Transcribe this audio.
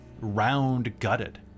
round-gutted